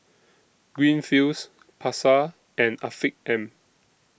Greenfields Pasar and Afiq M